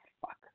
fuck